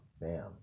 bam